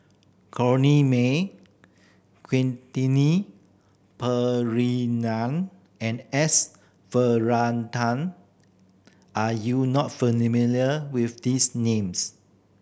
Corrinne May Quentin Pereira and S Varathan are you not familiar with these names